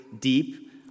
deep